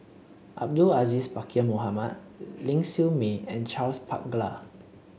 Abdul Aziz Pakkeer Mohamed Ling Siew May and Charles Paglar